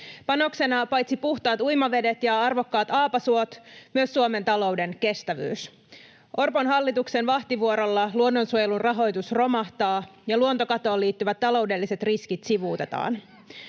Panoksena on paitsi puhtaat uimavedet ja arvokkaat aapasuot myös Suomen talouden kestävyys. Orpon hallituksen vahtivuorolla luonnonsuojelun rahoitus romahtaa ja luontokatoon liittyvät taloudelliset riskit sivuutetaan.